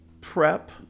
prep